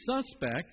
suspect